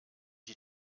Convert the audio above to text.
die